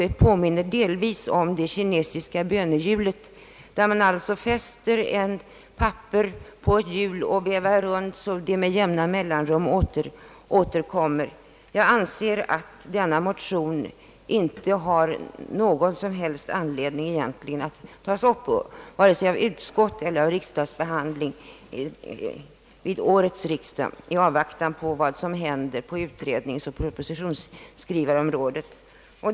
Det påminner delvis om det kinesiska bönehjulet, i vilket man fäster ett papper, varefter hjulet vevas runt så att papperet återkommer med jämna mellanrum. Jag anser att herr Sjöholms motion inte behövt väckas till årets riksdag i avvaktan på vad som händer på utredningsoch propositionsskrivningsområdet.